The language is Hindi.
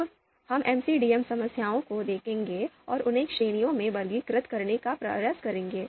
अब हम एमसीडीएम समस्याओं को देखेंगे और उन्हें श्रेणियों में वर्गीकृत करने का प्रयास करेंगे